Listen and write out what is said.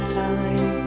time